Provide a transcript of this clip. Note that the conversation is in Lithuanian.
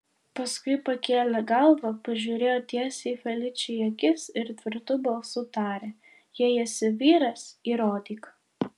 paskui pakėlė galvą pažiūrėjo tiesiai feličei į akis ir tvirtu balsu tarė jei esi vyras įrodyk